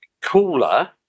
cooler